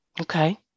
okay